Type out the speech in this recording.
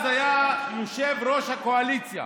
שגם הוא חבר ועדת הכספים ואז היה יושב-ראש הקואליציה.